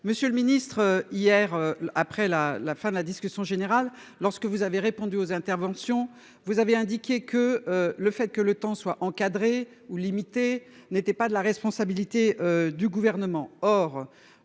Monsieur le Ministre hier après la la fin de la discussion générale, lorsque vous avez répondu aux interventions. Vous avez indiqué que le fait que le temps soit encadré ou limité n'était pas de la responsabilité du gouvernement.